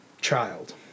child